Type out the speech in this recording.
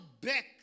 back